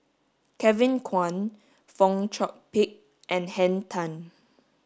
Kevin Kwan Fong Chong Pik and Henn Tan